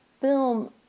film